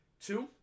two